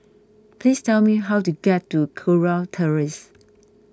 please tell me how to get to Kurau Terrace